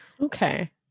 okay